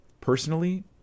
Personally